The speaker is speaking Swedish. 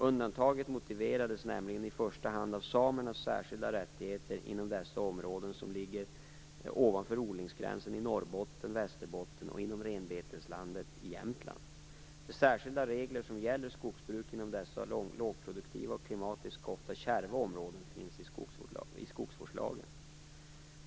Undantaget motiverades nämligen i första hand av samernas särskilda rättigheter inom dessa områden, som ligger ovanför odlingsgränsen i Norrbotten och Västerbotten och inom renbeteslanden i Jämtland. De särskilda regler som gäller skogsbruk inom dessa lågproduktiva och klimatiskt ofta kärva områden finns i skogsvårdslagen.